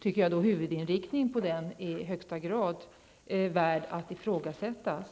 tycker jag att dess huvudinriktning i högsta grad kan ifrågasättas.